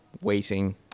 waiting